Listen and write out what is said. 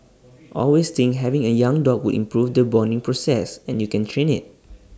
always think having A young dog would improve the bonding process and you can train IT